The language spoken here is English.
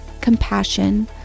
compassion